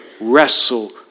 wrestle